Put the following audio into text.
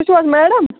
تُہۍ چھُو حظ میڈَم